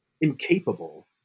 incapable